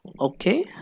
Okay